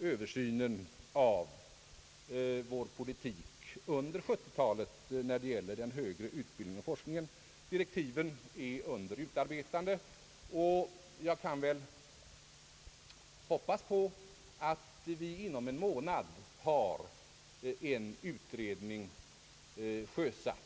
översynen av vår politik under 1970-talet i fråga om den högre utbildningen och forskningen. Direktiven är under utarbetande, och jag kan väl hoppas att vi inom en månad har en utredning sjösatt.